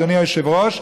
אדוני היושב-ראש,